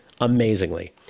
Amazingly